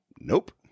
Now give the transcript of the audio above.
nope